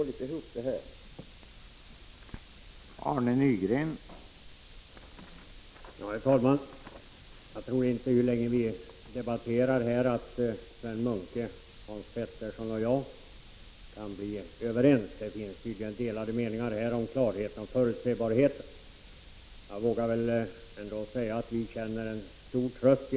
1985/86:49